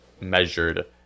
measured